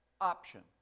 option